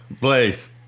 Blaze